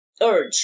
urge